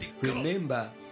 remember